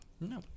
No